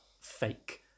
fake